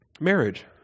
Marriage